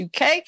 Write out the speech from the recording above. UK